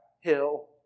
hill